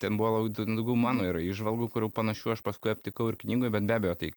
ten buvo labiau ten daugiau mano yra įžvalgų kurių panašių aš paskui aptikau ir knygoj bet be abejo tai